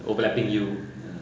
overlapping you